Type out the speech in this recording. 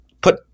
put